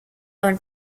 don